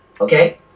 Okay